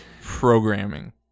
programming